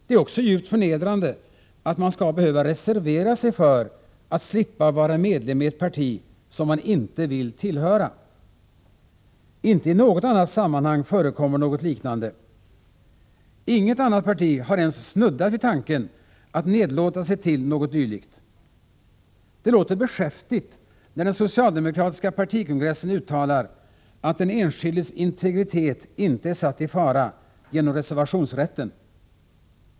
Det är också djupt förnedrande att man skall behöva reservera sig för att slippa vara medlem i ett parti som man inte vill tillhöra. Icke i något annat sammanhang förekommer något liknande. Inget annat parti har ens snuddat vid tanken att nedlåta sig till något dylikt. Det låter beskäftigt, när den socialdemokratiska partikongressen uttalar att den enskildes integritet inte är satt i fara genom reservationsrätten.